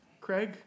Craig